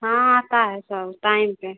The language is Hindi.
हाँ आता है सब टाइम पर